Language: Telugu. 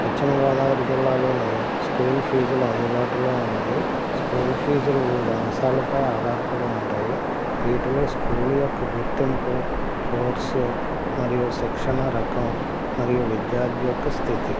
పశ్చిమ గోదావరి జిల్లాలోని స్కూల్ ఫీజులు అందుబాటులో ఉన్నాయి స్కూల్ ఫీజులు వివిధ అంశాలపై ఆధారపడి ఉంటాయి వీటిలో స్కూల్ యొక్క గుర్తింపు కోర్సు మరియు శిక్షణ రకం మరియు విద్యార్ధి యొక్క స్థితి